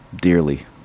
dearly